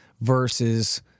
versus